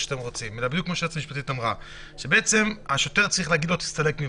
שאתם רוצים" צריך קודם להגיד לו להסתלק מפה.